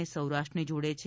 અને સૌરાષ્ટ્રને જોડે છે